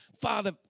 Father